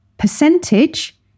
percentage